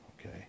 okay